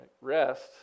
Rest